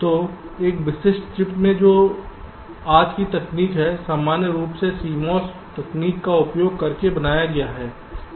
तो एक विशिष्ट चिप में जो आज की तकनीक है सामान्य रूप से CMOS तकनीक का उपयोग करके बनाया गया है